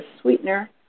sweetener